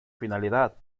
finalidad